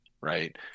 right